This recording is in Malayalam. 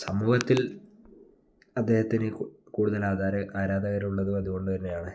സമൂഹത്തിൽ അദ്ദേഹത്തിന് കൂടുതൽ ആരാധകരുള്ളതും അതുകൊണ്ട് തന്നെയാണ്